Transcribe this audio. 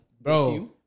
bro